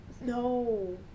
No